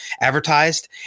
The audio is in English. advertised